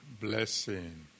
blessing